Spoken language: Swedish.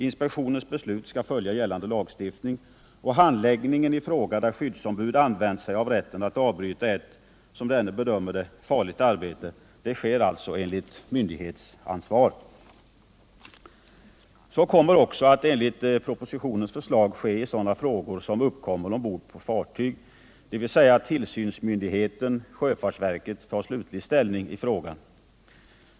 Inspektionens beslut skall följa gällande lagstiftning och handläggningen i fråga där skyddsombud använt sig av rätten att avbryta ett, som denne bedömer det, farligt arbete, sker alltså enligt myndighetsansvar. Så kommer också enligt propositionens förslag att ske i sådana frågor som uppkommer ombord på ett fartyg, dvs. tillsynsmyndigheten sjöfartsverket tar slutlig ställning i frågan.